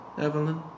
Evelyn